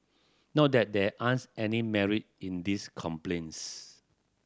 not that there aren't any merit in these complaints